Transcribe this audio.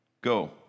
go